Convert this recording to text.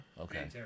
Okay